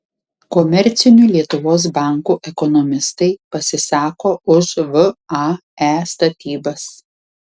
komercinių lietuvos bankų ekonomistai pasisako už vae statybas